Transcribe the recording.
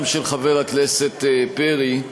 גם של חבר הכנסת פרי,